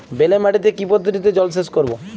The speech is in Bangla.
বেলে মাটিতে কি পদ্ধতিতে জলসেচ করব?